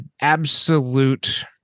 absolute